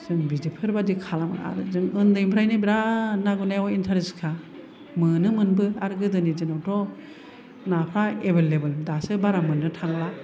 जों बिदिफोर बादि खालामो आरो जों उन्दैनिफ्राइनो बेराथ ना गुरनायाव इन्टारेस्ट खा मोनोमोनबो आर गोदोनि दिनावथ' नाफ्रा एबेलेबेल दासो बारा मोननो थांला